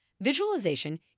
visualization